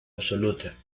absoluta